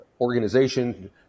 organization